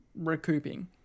recouping